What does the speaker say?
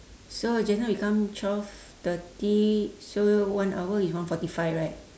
so just now we come twelve thirty so one hour is one forty five right